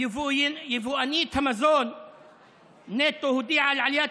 יבואנית המזון "נטו" הודיעה על עליית